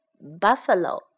Buffalo